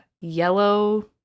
yellow